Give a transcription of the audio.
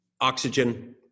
oxygen